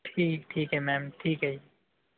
ਠੀਕ ਠੀਕ ਹੈ ਮੈਮ ਠੀਕ ਹੈ ਜੀ